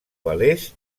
velers